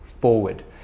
forward